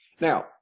Now